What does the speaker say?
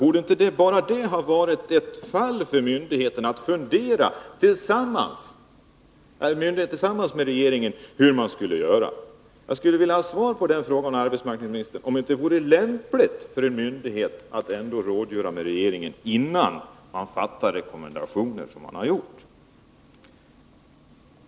Borde inte bara det ha föranlett myndigheterna att tillsammans med regeringen fundera på hur man skulle göra? Jag skulle också vilja ha ett svar av arbetsmarknadsministern på frågan om det inte vore lämpligt för en myndighet att rådgöra med regeringen, innan man gör sådana rekommendationer som man har gjort?